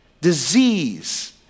disease